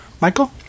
Michael